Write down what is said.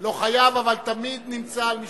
לא חייב, אבל תמיד נמצא על משמרתו,